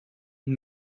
and